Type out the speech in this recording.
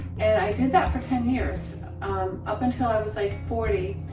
and i did that for ten years up, until i was like forty.